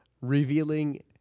Revealing